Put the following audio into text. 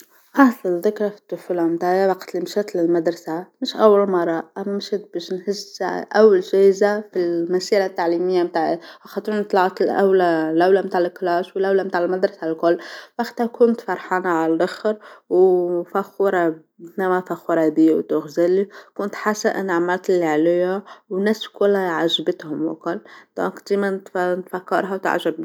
أحسن ذكرى في الطفولة عنداى وقت المشيت للمدرسة مش أول مرة امشت باش نهز شعري أول شي جا في المسيرة التعليمية متاعي خاطرى طلعت الأولى اللولة متاع الكلاس والأولى متاع المدرسة الكل وقتها كنت فرحانة على لاخر وفخورة نوا فخورة بيا وتغزيلى كنت أنا عملت اللي عليا والناس كلها عجبتهم وكل طاقتى نفكرها وتعجبني.